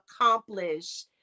accomplish